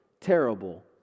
terrible